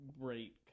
great